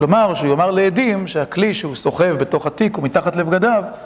כלומר, שהוא יאמר לעדים שהכלי שהוא סוחב בתוך התיק ומתחת לבגדיו